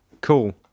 cool